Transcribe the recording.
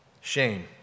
shame